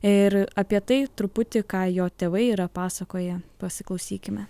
ir apie tai truputį ką jo tėvai yra pasakoję pasiklausykime